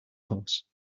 course